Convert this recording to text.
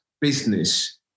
business